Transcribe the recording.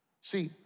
See